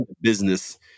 business